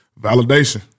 validation